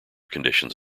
conditions